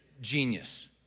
genius